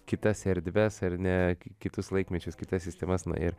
kitas erdves ar ne kitus laikmečius kitas sistemas na ir